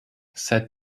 said